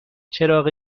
چراغ